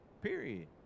period